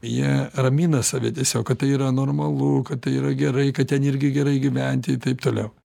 jie ramina save tiesiog kad tai yra normalu kad tai yra gerai kad ten irgi gerai gyventi taip toliau